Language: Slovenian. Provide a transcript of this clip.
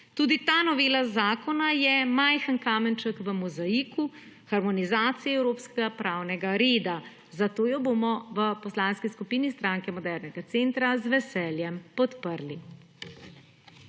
Tudi ta novela zakona je majhen kamenček v mozaiku, harmonizacije evropskega pravnega reda, zato jo bomo v Poslanski skupini Stranke modernega centra z veseljem podprli.